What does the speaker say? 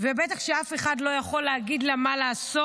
ובטח שאף אחד לא יכול להגיד לה מה לעשות.